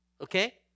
Okay